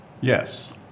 Yes